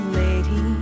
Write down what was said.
lady